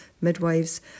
midwives